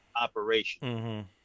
operation